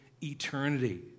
eternity